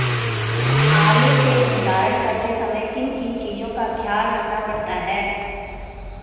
आलू के भंडारण करते समय किन किन चीज़ों का ख्याल रखना पड़ता है?